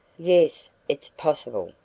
yes, it's possible,